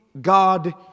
God